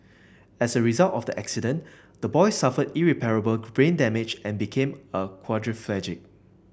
as a result of the accident the boy suffered irreparable brain damage and became a quadriplegic